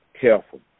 careful